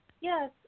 Yes